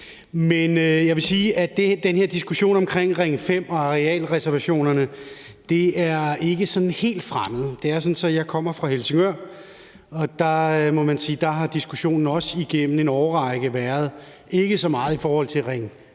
men jeg vil sige, at den her diskussion omkring Ring 5 og arealreservationerne ikke er sådan helt fremmed. Det er sådan, at jeg kommer fra Helsingør, og der, må man sige, har der også igennem en årrække været en diskussion omkring